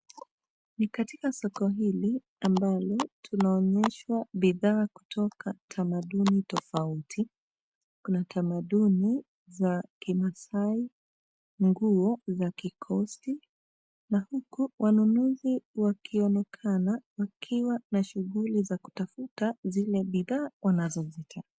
Ni katika soko hili ambalo tunaonyeshwa bidhaa kutoka tamaduni tofauti ,kuna tamaduni za kimaasai ,nguo za kikosti na huku wanunuzi wakionekana wakiwa na shughuli za kutafuta zile bidhaa wanazozitaka.